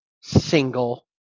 single